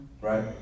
Right